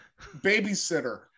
babysitter